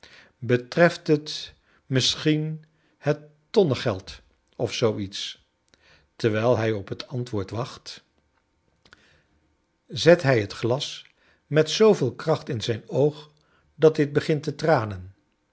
betreft het misschien het tonnengeld of zoo iets terwijl hij op het antwoord wacht kleine dorrit zet hij het glas met zooveel kracht in zijn oog dat dit begint te traaen